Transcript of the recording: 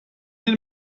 den